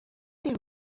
there